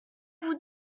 vous